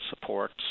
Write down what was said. supports